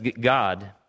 God